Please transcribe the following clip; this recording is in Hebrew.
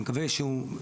אני מקווה שהוא,